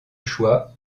choix